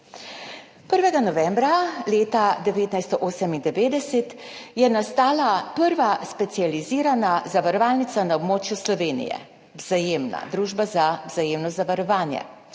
1. novembra leta 1998 je nastala prva specializirana zavarovalnica na območju Slovenije, Vzajemna, družba za vzajemno zavarovanje.